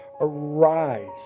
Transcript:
arise